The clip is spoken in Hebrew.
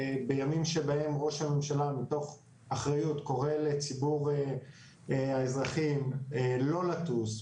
בימים שבהם ראש הממשלה מתוך אחריות קורא לציבור האזרחים לא לטוס,